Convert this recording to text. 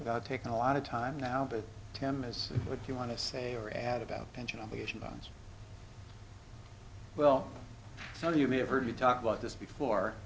hout taking a lot of time now but tim as what you want to say or add about pension obligation bonds well so you may have heard you talk about this before